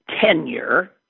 tenure